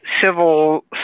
civil